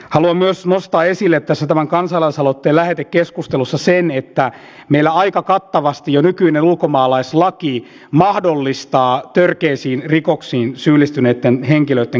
haluan myös nostaa esille tässä tämän kansalaisaloitteen lähetekeskustelussa sen että meillä aika kattavasti jo nykyinen ulkomaalaislaki mahdollistaa törkeisiin rikoksiin syyllistyneitten henkilöitten karkottamisen